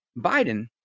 Biden